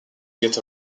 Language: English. gets